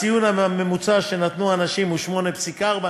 הציון הממוצע שנתנו אנשים הוא 8.4,